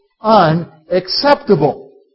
unacceptable